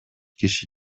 киши